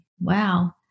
wow